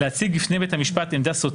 להציג בפני בית המשפט עמדה סותרת,